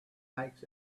makes